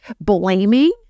blaming